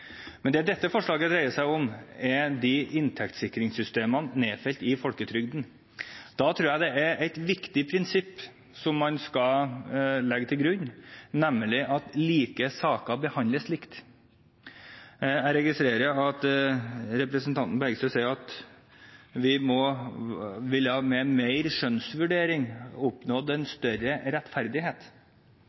Men det dette forslaget dreier seg om, er inntektssikringssystemene nedfelt i folketrygden. Da tror jeg et viktig prinsipp som man skal legge til grunn, er at like saker behandles likt. Jeg registrerer at representanten Bergstø sier at vi med mer skjønnsvurdering ville oppnådd større rettferdighet.